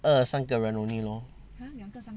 二三个人 only lor